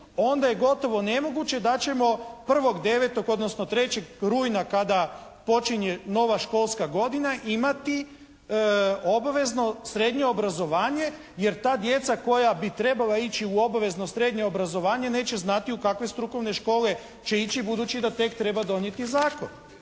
onda je gotovo nemoguće da ćemo 1.9., odnosno 3. rujna kada počinje nova školska godina imati obvezno srednje obrazovanje. Jer ta djeca koja bi trebala ići u obvezno srednje obrazovanje neće znati u kakve strukovne škole će ići, budući da tek treba donijeti zakon.